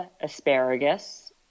asparagus